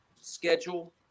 schedule